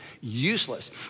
useless